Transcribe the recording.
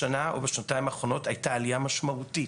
בשנה-שנתיים האחרונות הייתה עלייה משמעותית,